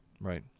Right